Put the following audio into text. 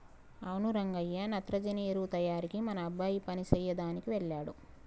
అవును రంగయ్య నత్రజని ఎరువు తయారీకి మన అబ్బాయి పని సెయ్యదనికి వెళ్ళాడు